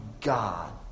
God